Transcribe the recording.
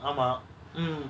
ஆமா:aama mm